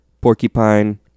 porcupine